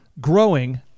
growing